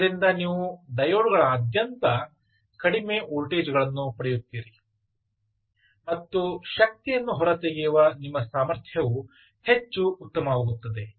ಇದರಿಂದ ನೀವು ಡಯೋಡ್ಗಳಾದ್ಯಂತ ಕಡಿಮೆ ವೋಲ್ಟೇಜ್ಗಳನ್ನು ಪಡೆಯುತ್ತೀರಿ ಮತ್ತು ಶಕ್ತಿಯನ್ನು ಹೊರತೆಗೆಯುವ ನಿಮ್ಮ ಸಾಮರ್ಥ್ಯವು ಹೆಚ್ಚು ಉತ್ತಮವಾಗುತ್ತದೆ